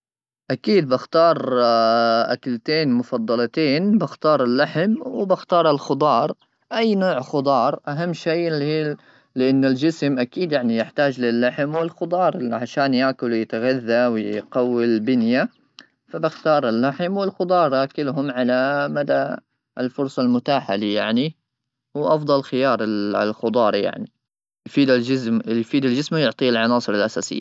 اكيد بختار اكلتين مفضلتين بختار اللحم وبختار الخضار اي نوع خضار اهم شيء لان الجسم اكيد يعني يحتاج للحم والخضار عشان ياكل يتغذى ويقوي البنيه فبختار اللحم والخضار اكلهم على مدى الفرصه المتاحه لي يعني هو افضل خيار الخضار يعني يفيد الجسم يفيد الجسم يعطيه العناصر الاساسيه